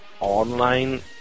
online